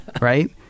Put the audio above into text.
Right